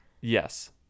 Yes